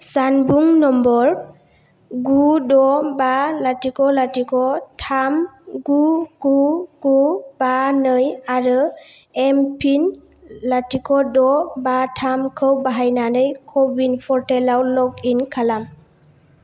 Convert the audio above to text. जानबुं नम्बर गु द' बा लाथिख' लाथिख' थाम गु गु गु बा नै आरो एमपिन लाथिख' द' बा थामखौ बाहायनानै क' विन पर्टेलाव लग इन खालाम